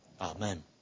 Amen